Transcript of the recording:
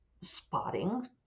spotting